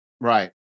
Right